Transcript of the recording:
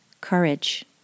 Courage